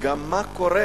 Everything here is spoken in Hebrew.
גם מה קורה